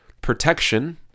protection